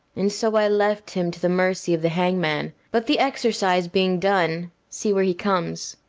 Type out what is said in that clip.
and so i left him to the mercy of the hangman but, the exercise being done, see where he comes.